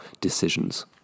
decisions